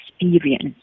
experience